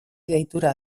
deitura